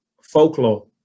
folklore